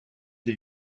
des